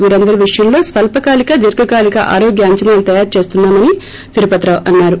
వీరందరి విషయంలో స్వల్సకాలిక దీర్ఘకాలిక ఆరోగ్య అంచనాలు తయారుచేస్తున్నా మని తెలిపారు